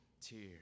tears